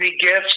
gifts